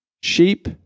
sheep